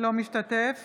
אינו משתתף